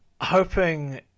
hoping